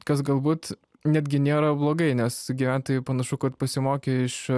kas galbūt netgi nėra blogai nes gyventojai panašu kad pasimokė iš